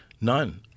None